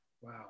Wow